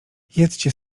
jedzcie